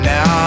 Now